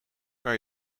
kan